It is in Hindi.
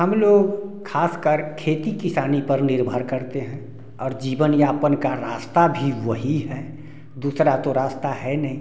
हम लोग खासकर खेती किसानी पर निर्भर करते हैं और जीवन यापन का रास्ता भी वही है दूसरा तो रास्ता है नहीं